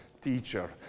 teacher